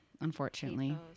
unfortunately